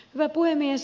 hyvä puhemies